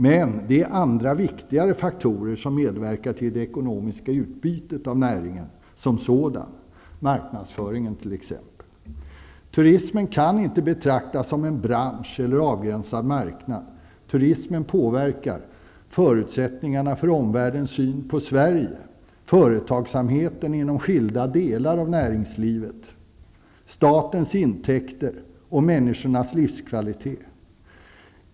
Men det är andra, viktigare faktorer som medverkar till det ekonomiska utbytet av näringen som sådan; Turismen kan inte betraktas som en bransch eller en avgränsad marknad. Turismen påverkar förutsättningarna för omvärldens syn på Sverige, företagsamheten inom skilda delar av näringslivet, statens intäkter och människornas livskvalitet.